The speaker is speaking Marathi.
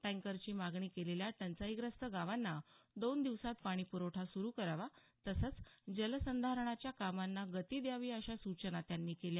टँकरची मागणी केलेल्या टंचाईग्रस्त गावांना दोन दिवसात पाणीपुरवठा सुरु करावा तसंच जलसंधारणाच्या कामांना गती द्यावी अशा सूचना त्यांनी केल्या